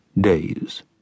days